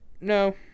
No